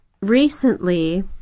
recently